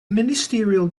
ministerial